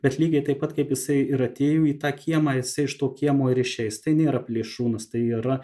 bet lygiai taipat kaip jisai ir atėjo į tą kiemą jisai iš to kiemo ir išeis tai nėra plėšrūnas tai yra